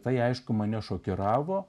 tai aišku mane šokiravo